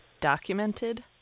documented